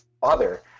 father